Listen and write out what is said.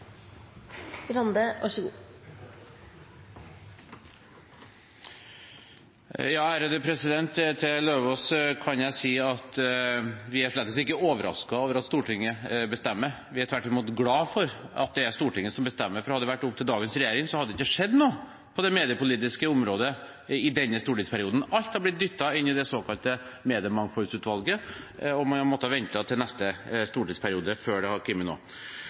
over at Stortinget bestemmer. Vi er tvert imot glade for at det er Stortinget som bestemmer, for hadde det vært opp til dagens regjering, hadde det ikke skjedd noe på det mediepolitiske området i denne stortingsperioden. Alt er blitt dyttet inn i det såkalte Mediemangfoldsutvalget, og man hadde måttet vente til neste stortingsperiode før det hadde kommet noe. Grunnen til at jeg tar ordet for andre gang, er at jeg har